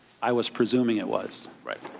i was presuming it was. right.